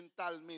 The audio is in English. mentalmente